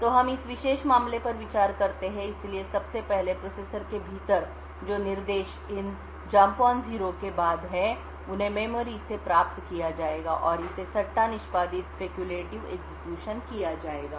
तो हम इस विशेष मामले पर विचार करते हैं इसलिए सबसे पहले प्रोसेसर के भीतर जो निर्देश इन जंप ऑन जीरो के बाद हैं उन्हें मेमोरी से प्राप्त किया जाएगा और इसे सट्टा निष्पादित स्पेक्युलेटिव एग्जीक्यूशन किया जाएगा